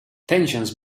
tensions